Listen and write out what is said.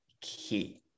key